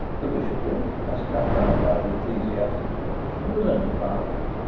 the bishopric, as cut down by the ecclesiastical commission, was only five.